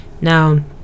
now